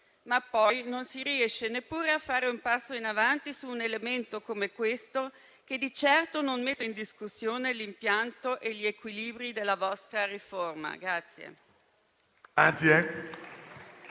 ma poi non si riesce neppure a fare un passo in avanti su un elemento come questo, che di certo non mette in discussione l'impianto e gli equilibri della vostra riforma.